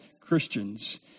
Christians